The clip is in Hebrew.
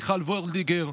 מיכל וולדיגר,